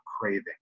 craving